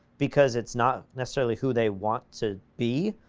because it's not necessarily who they want to be,